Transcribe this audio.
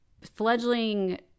fledgling